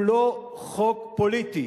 הוא לא חוק פוליטי,